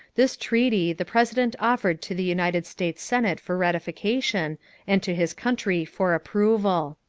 this treaty, the president offered to the united states senate for ratification and to his country for approval.